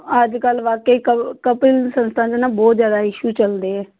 ਅੱਜ ਕੱਲ੍ਹ ਵਾਕਿਆ ਹੀ ਕ ਕਪਿਲ ਸੰਸਥਾ 'ਚ ਨਾ ਬਹੁਤ ਜ਼ਿਆਦਾ ਇਸ਼ੂ ਚਲਦੇ ਹੈ